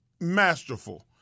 masterful